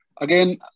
Again